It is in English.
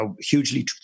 hugely